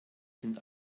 sind